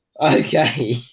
Okay